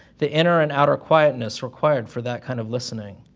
the inner and outer quietness required for that kind of listening?